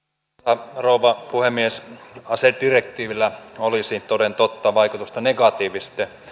arvoisa rouva puhemies asedirektiivillä olisi toden totta vaikutusta negatiivisesti